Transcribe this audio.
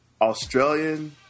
Australian